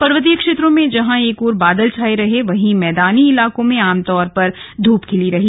पर्वतीय क्षेत्रों में जहां बादल छाए रहे वहीं मैदानी इलाकों में आमतौर पर धूप खिली रही